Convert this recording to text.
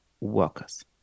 workers